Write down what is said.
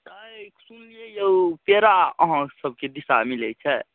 तऽ सुनलियै यौ पेरा अहाँ सबके दिशा मिलैत छै